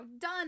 done